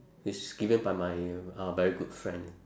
which given by my uh very good friend